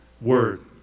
word